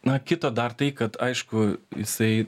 na kita dar tai kad aišku jisai